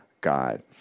God